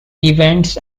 events